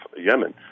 yemen